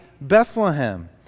Bethlehem